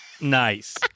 Nice